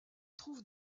trouve